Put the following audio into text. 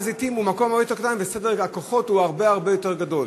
הר-הזיתים הוא מקום הרבה יותר קטן וסדר הכוחות הוא הרבה הרבה יותר גדול.